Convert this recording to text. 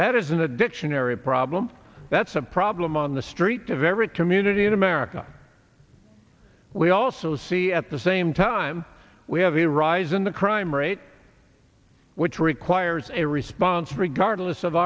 that is in the dictionary a problem that's a problem on the streets of every community in america we also see at the same time we have a rise in the crime rate which requires a response regardless of